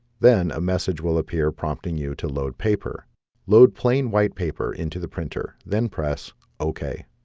then a message will appear prompting you to load paper load plain white paper into the printer then press ok